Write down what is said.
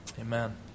Amen